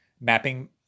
mapping